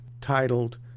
titled